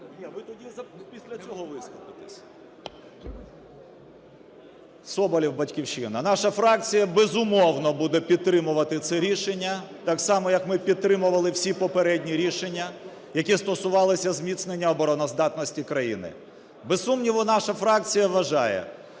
Сергій Соболєв. 12:14:12 СОБОЛЄВ С.В. Соболєв, "Батьківщина". Наша фракція, безумовно, буде підтримувати це рішення, так само як ми підтримували всі попередні рішення, які стосувалися зміцнення обороноздатності країни. Без сумніву, наша фракція вважає,